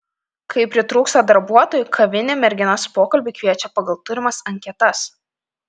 kai pritrūksta darbuotojų kavinė merginas pokalbiui kviečia pagal turimas anketas